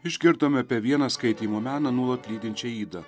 išgirdome apie vieną skaitymo meną nuolat lydinčią ydą